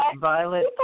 violet